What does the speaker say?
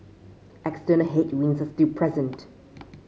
external headwinds are still present